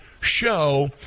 show